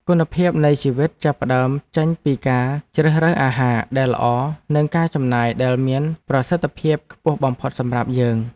គុណភាពនៃជីវិតចាប់ផ្ដើមចេញពីការជ្រើសរើសអាហារដែលល្អនិងការចំណាយដែលមានប្រសិទ្ធភាពខ្ពស់បំផុតសម្រាប់យើង។